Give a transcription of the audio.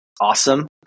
awesome